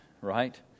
right